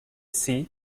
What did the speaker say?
sea